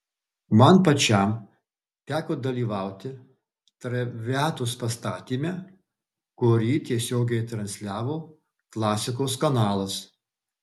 man pačiam teko dalyvauti traviatos pastatyme kurį tiesiogiai transliavo klasikos kanalas